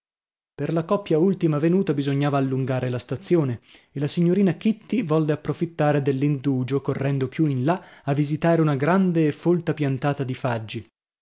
per la coppia ultima venuta bisognava allungare la stazione e la signorina kitty volle approfittare dell'indugio correndo più in là a visitare una grande e folta piantata di faggi